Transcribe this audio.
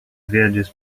viajes